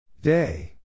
Day